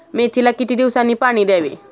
मेथीला किती दिवसांनी पाणी द्यावे?